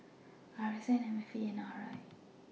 R S N M F A and R I